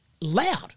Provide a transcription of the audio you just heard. loud